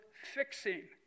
fixing